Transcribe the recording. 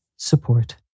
Support